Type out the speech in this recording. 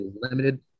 limited